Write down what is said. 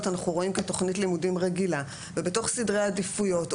אנחנו רואים כתוכנית לימודים רגילה ובתוך סדרי העדיפויות,